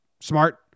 smart